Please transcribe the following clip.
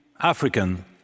African